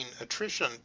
attrition